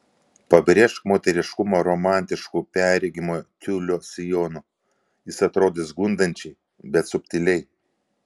pabrėžk moteriškumą romantišku perregimo tiulio sijonu jis atrodys gundančiai bet subtiliai